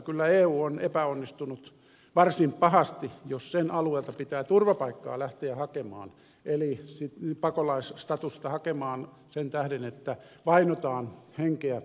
kyllä eu on epäonnistunut varsin pahasti jos sen alueelta pitää turvapaikkaa eli pakolaisstatusta lähteä hakemaan sen tähden että vainotaan henkeä terveyttä ja elämää